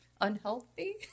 unhealthy